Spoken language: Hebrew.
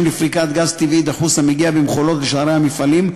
לפריקת גז טבעי דחוס המגיע במְכוֹלות לשערי המפעלים,